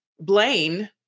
Blaine